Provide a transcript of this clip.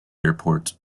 airport